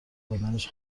بدنش